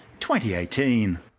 2018